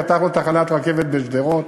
פתחנו תחנת רכבת בשדרות.